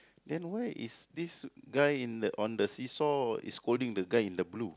there why is this guy in the on the see-saw is holding the guy in the blue